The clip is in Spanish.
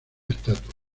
estatua